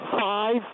five